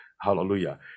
Hallelujah